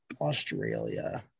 Australia